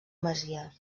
masia